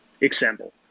example